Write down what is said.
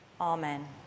Amen